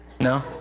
no